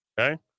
okay